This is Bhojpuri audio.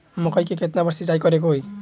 मकई में केतना बार सिंचाई करे के होई?